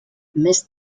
més